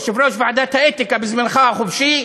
יושב-ראש ועדת האתיקה בזמנך החופשי,